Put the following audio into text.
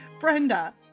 Brenda